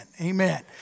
amen